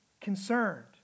concerned